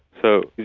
so,